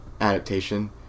adaptation